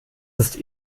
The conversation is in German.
ist